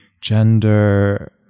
gender